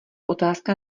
otázka